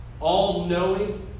all-knowing